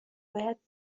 باید